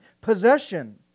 possession